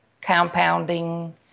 compounding